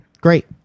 great